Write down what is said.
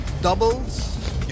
doubles